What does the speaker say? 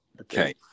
Okay